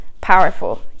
powerful